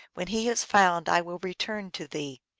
when he is found i will return to thee.